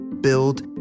build